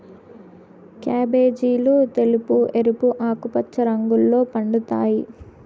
క్యాబేజీలు తెలుపు, ఎరుపు, ఆకుపచ్చ రంగుల్లో పండుతాయి